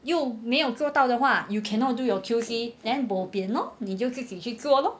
又没有做到的话 you cannot do your Q_C then bo pian lor 你就自己去做 lor